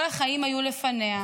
כל החיים היו לפניה,